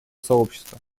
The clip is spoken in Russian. сообщества